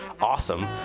awesome